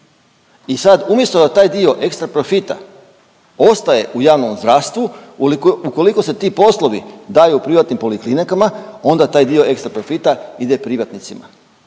I sad umjesto da taj dio ekstra profita ostaje u javnom zdravstvu, ukoliko se ti poslovi daju privatnim poliklinikama onda taj dio ekstra profita ide privatnicima.